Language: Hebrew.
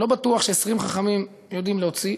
לא בטוח ש-20 חכמים יודעים להוציא.